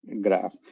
graph